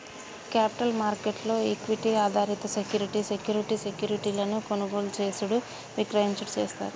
capital market లో equity ఆధారిత సెక్యూరి సెక్యూరిటీ సెక్యూరిటీలను కొనుగోలు చేసేడు విక్రయించుడు చేస్తారు